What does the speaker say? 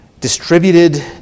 distributed